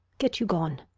get you gone,